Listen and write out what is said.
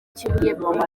kibuye